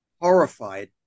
horrified